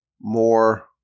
more